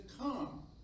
come